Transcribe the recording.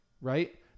right